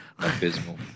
abysmal